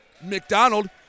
McDonald